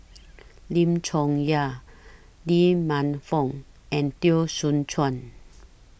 Lim Chong Yah Lee Man Fong and Teo Soon Chuan